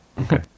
Okay